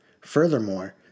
Furthermore